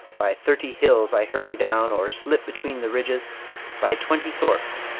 by thirty hills i hurry down, or slip between the ridges by twenty thorps,